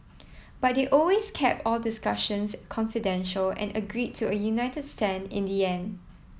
but they always kept all discussions confidential and agreed to a united stand in the end